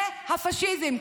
זה הפשיזם.